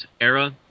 era